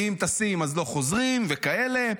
ואם טסים אז לא חוזרים וכאלה,